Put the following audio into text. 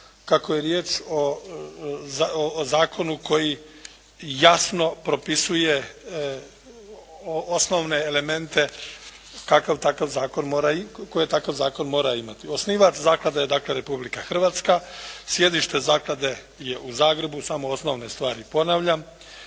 kako je riječ o zakonu koji jasno propisuje osnovne elemente kakav takav zakon mora imati. Osnivač zaklade je dakle Republika Hrvatska. Sjedište Zaklade je u Zagrebu, samo osnovne stvari ponavljam.